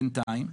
בינתיים,